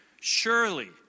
Surely